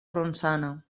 ronçana